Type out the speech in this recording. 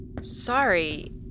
Sorry